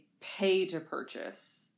pay-to-purchase